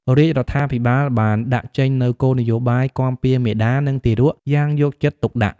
រាជរដ្ឋាភិបាលបានដាក់ចេញនូវគោលនយោបាយគាំពារមាតានិងទារកយ៉ាងយកចិត្តទុកដាក់។